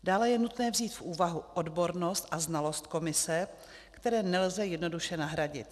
Dále je nutné vzít v úvahu odbornost a znalost komise, které nelze jednoduše nahradit.